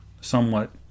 somewhat